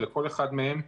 ולכל אחד מהם,